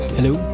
Hello